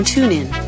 TuneIn